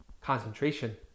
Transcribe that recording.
concentration